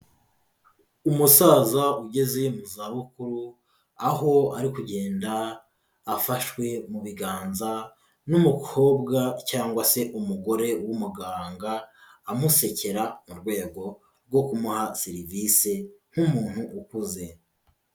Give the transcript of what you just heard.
Umusaza ugeze mu zabukuru, aho ari kugenda afashwe mu biganza n'umukobwa cyangwa se umugore w'umuganga, amusekera mu rwego rwo kumuha serivisi nk'umuntu ukuze.